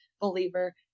believer